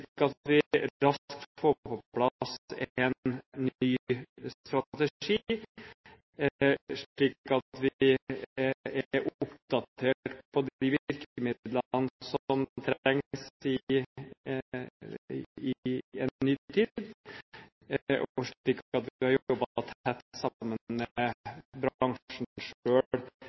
at vi raskt får på plass en ny strategi, og slik at vi er oppdatert på de virkemidlene som trengs i en ny tid. Så vi har jobbet tett sammen med bransjen selv, og de som vet hvor skoen trykker, har